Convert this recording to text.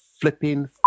flipping